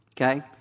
okay